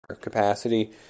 Capacity